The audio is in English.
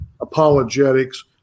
apologetics